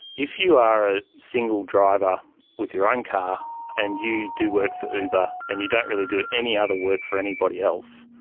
if you are a single driver with your own car and you do work for uber and you don't really do any other work for anybody else,